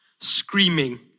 screaming